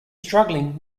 struggling